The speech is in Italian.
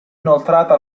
inoltrata